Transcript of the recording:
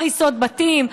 הריסות בתים,